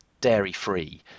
dairy-free